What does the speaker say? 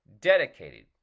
dedicated